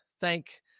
thank